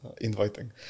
inviting